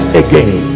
again